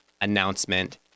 announcement